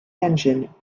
engine